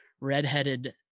redheaded